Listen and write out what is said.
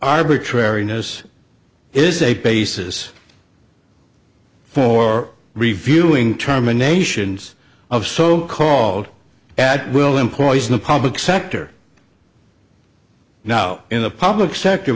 arbitrariness is a basis for reviewing terminations of so called at will employees in the public sector now in the public sector